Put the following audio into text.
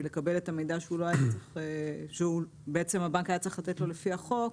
לקבל את המידע שהבנק היה צריך לתת לו לפי החוק,